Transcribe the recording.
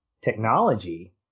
technology